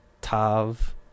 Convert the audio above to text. tav